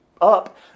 up